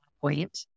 point